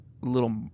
little